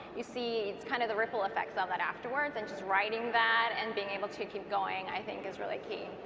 you see kind of the ripple effects on that afterward and just riding that and being able to keep going i think is really key.